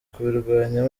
kubirwanya